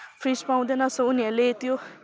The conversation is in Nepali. फ्रिज पाउँदैन सो उनीहरूले त्यो